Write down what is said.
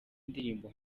ndirimbo